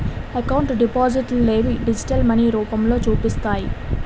account డిపాజిట్లనేవి digital money రూపంలో చూపిస్తాయి